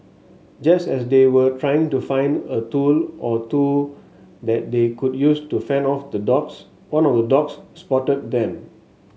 just as they were trying to find a tool or two that they could use to fend off the dogs one of the dogs spotted them